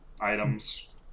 items